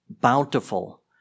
bountiful